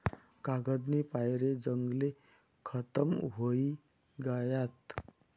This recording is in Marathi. कागदनी पायरे जंगले खतम व्हयी गयात